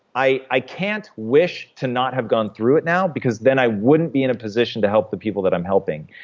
i i can't wish to not have gone through it now, because then i wouldn't be in a position to help the people that i'm helping.